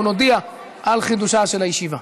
אנחנו נודיע על חידושה של הישיבה.